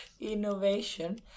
innovation